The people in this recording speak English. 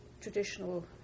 traditional